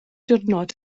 diwrnod